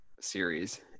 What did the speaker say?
series